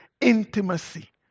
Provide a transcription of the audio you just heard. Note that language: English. intimacy